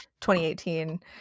2018